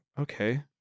Okay